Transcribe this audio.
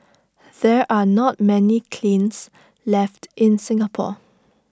there are not many kilns left in Singapore